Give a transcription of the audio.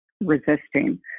resisting